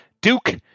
Duke